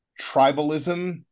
tribalism